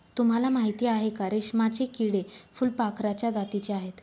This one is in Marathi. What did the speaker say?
तुम्हाला माहिती आहे का? रेशमाचे किडे फुलपाखराच्या जातीचे आहेत